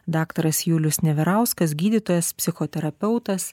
daktaras julius neverauskas gydytojas psichoterapeutas